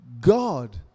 God